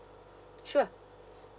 sure